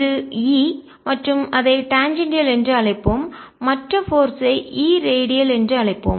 இது E மற்றும் அதை டாஞ்சேண்டியால் என்று அழைப்போம் மற்ற போர்ஸ் ஐ E ரேடியல் என்று அழைப்போம்